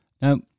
Now